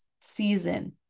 season